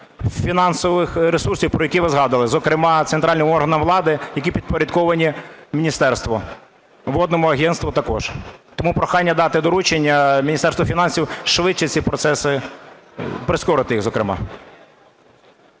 фінансових ресурсів, про які ви згадували, зокрема, центральним органам влади, які підпорядковані міністерству, водному агентству також. Тому прохання дати доручення Міністерству фінансів швидше ці процеси… прискорити їх, зокрема.